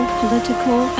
political